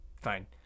fine